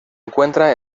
encuentra